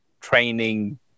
training